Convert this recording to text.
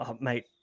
mate